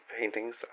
paintings